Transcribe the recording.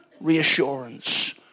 reassurance